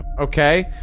Okay